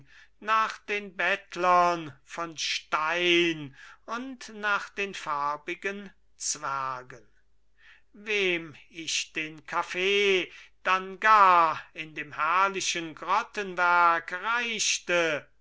nach den bettlern von stein und nach den farbigen zwergen wem ich den kaffee dann gar in dem herrlichen grottenwerk reichte